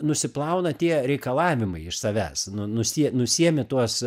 nusiplauna tie reikalavimai iš savęs nu nusi nusiimi tuos